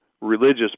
religious